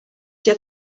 ser